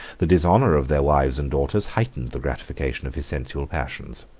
the dishonor of their wives and daughters heightened the gratification of his sensual passions.